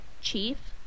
chief